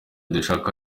dushaka